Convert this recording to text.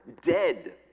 dead